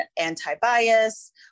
anti-bias